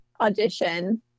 audition